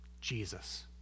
Jesus